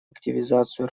активизацию